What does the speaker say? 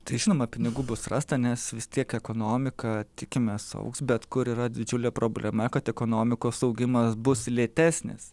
tai žinoma pinigų bus rasta nes vis tiek ekonomika tikimės augs bet kur yra didžiulė problema kad ekonomikos augimas bus lėtesnis